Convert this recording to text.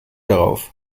darauf